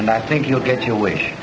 and i think you'll get your wish